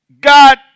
God